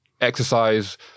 exercise